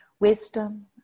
Wisdom